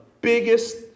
biggest